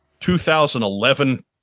2011